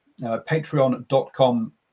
patreon.com